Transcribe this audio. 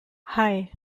hei